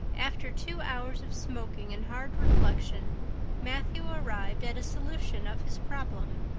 after two hours of smoking and hard reflection matthew arrived at a solution of his problem.